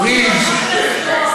עשית פורפרה,